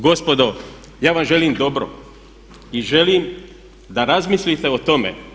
Gospodo, ja vam želim dobro i želim da razmislite o tome.